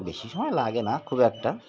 বেশি সময় লাগে না খুব একটা